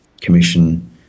commission